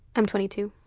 i'm twenty two.